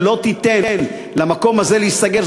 לא תיתן למקום הזה להיסגר,